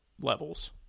levels